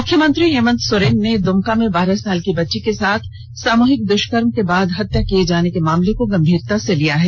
मुख्यमंत्री हेमन्त सोरेन ने दमका में बारह साल की बच्ची के साथ सामृहिक दृष्कर्म के बाद हत्या किर्ये जाने के मामले को गंभीरता से लिया है